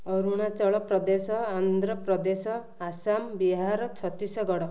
Arunachal Pradesh Andhra Pradesh Assam Bihar Chhattisgarh